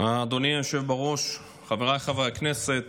אדוני היושב בראש, חבריי חברי הכנסת,